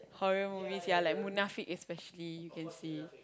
horror movies yeah like Munafik especially you can see